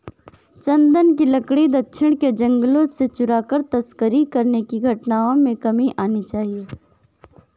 चन्दन की लकड़ी दक्षिण के जंगलों से चुराकर तस्करी करने की घटनाओं में कमी आनी चाहिए